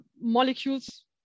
molecules